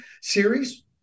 series